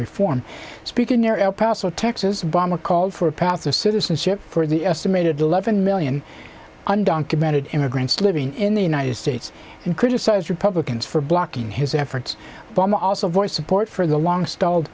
reform speaking near el paso texas bomb a call for a path to citizenship for the estimated eleven million undocumented immigrants living in the united states and criticize republicans for blocking his efforts but i'm also voiced support for the long stalled